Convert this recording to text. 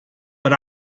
but